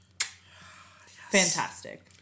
fantastic